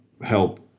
help